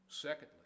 Secondly